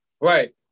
Right